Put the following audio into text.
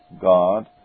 God